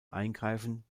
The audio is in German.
eingreifen